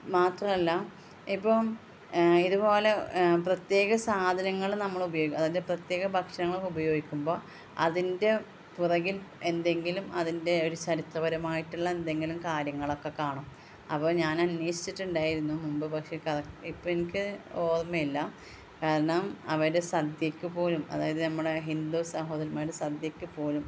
മാത്രമല്ല ഇപ്പം ഇതുപോലെ പ്രത്യേക സാധനങ്ങൾ നമ്മൾ ഉപയോഗിക്കും അതായത് പ്രത്യേക ഭക്ഷണം ഉപയോഗിക്കുമ്പോൾ അതിൻ്റ പുറകിൽ എന്തെങ്കിലും അതിൻ്റെ ഒര് ചരിത്രപരമായിട്ടുള്ള എന്തെങ്കിലും കാര്യങ്ങളൊക്ക കാണും അപ്പോൾ ഞാൻ അന്വേഷിച്ചിട്ടിണ്ടായിരുന്നു മുമ്പ് പക്ഷെ ഇപ്പം എനിക്ക് ഓർമ്മയില്ല കാരണം അവരുടെ സദ്യയ്ക്ക് പോലും അതായത് നമ്മളെ ഹിന്ദു സഹോദരന്മാരുടെ സദ്യയ്ക്ക് പോലും